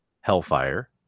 Hellfire